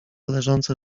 leżące